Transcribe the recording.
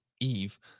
Eve